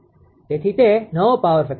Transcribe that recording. તેથી તે નવો પાવર ફેક્ટર છે